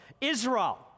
Israel